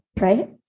Right